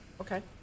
Okay